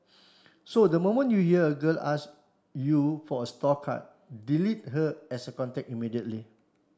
so the moment you hear a girl ask you for a store card delete her as a contact immediately